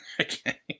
Okay